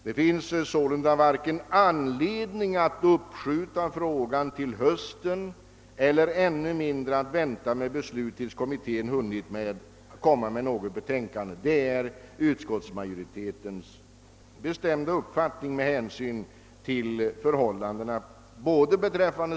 Med hänsyn till förhållandena för såväl släpvagnar som traktorer är det utskottsmajoritetens bestämda uppfattning, att det inte finns någon anledning att uppskjuta denna fråga till hösten och ännu mindre att vänta med ett beslut till dess kommittén har presenterat sitt betänkande.